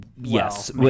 Yes